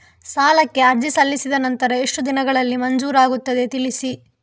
ಸಾಲಕ್ಕೆ ಅರ್ಜಿ ಸಲ್ಲಿಸಿದ ನಂತರ ಎಷ್ಟು ದಿನಗಳಲ್ಲಿ ಮಂಜೂರಾಗುತ್ತದೆ ತಿಳಿಸಿ?